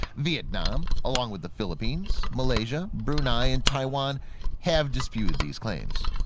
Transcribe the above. vietnam along with the philippines, malaysia, brunei, and taiwan have disputed these claims.